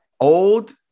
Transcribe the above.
old